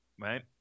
right